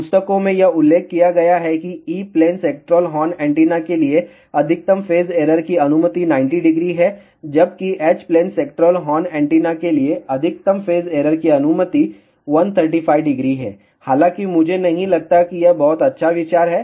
पुस्तकों में यह उल्लेख किया गया है कि E plane sectoral horn antenna के लिए अधिकतम फेज एरर की अनुमति 900 है जबकि H plane sectoral horn antenna के लिए अधिकतम फेज एरर की अनुमति 1350 है हालांकि मुझे नहीं लगता कि यह बहुत अच्छा विचार है